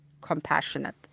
compassionate